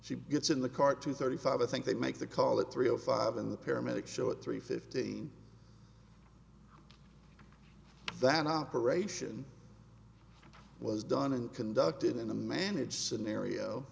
she gets in the car two thirty five i think they make the call at three o five in the paramedics show at three fifteen that operation was done and conducted in a manage scenario